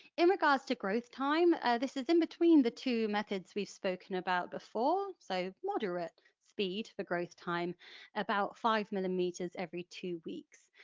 in regards to growth time, this is in between the two methods we've spoken about before so moderate speed for growth time about five millimetres every two weeks.